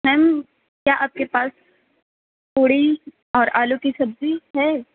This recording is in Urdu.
میم کیا آپ کے پاس پوڑی اور آلو کی سبزی ہے